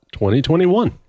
2021